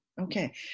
okay